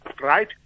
right